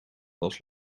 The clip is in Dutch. als